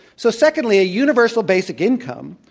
so, secondly, a universal basic income,